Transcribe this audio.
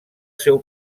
seu